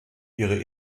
ihre